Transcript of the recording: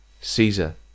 Caesar—